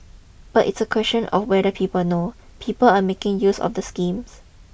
but it's a question of whether people know people are making use of the schemes